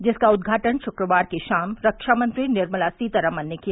जिसका उद्घाटन शुक्रवार की शाम रक्षा मंत्री निर्मला सीतारामन ने किया